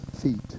feet